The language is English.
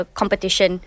competition